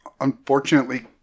unfortunately